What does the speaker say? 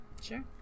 sure